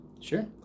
Sure